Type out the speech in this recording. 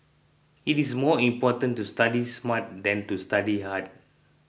it is more important to study smart than to study hard